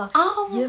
ah